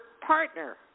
partner